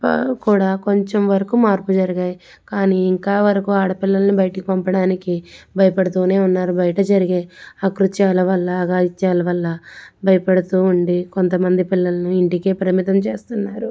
పా కూడా కొంచెం వరకు మార్పు జరిగాయి కానీ ఇంకా వరకు ఆడపిల్లల్ని బయటికి పంపడానికి భయపడుతు ఉన్నారు బయట జరిగే అకృత్యాల వల్ల అఘాయిత్యాల వల్ల భయపడుతు ఉండి కొంతమంది పిల్లలను ఇంటికి పరిమితం చేస్తున్నారు